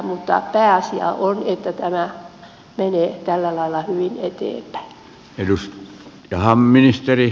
mutta pääasia on että tämä menee tällä lailla hyvin eteenpäin